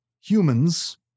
humans